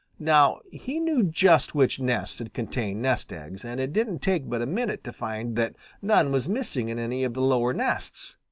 now he knew just which nests had contained nest-eggs, and it didn't take but a minute to find that none was missing in any of the lower nests.